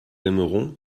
aimeront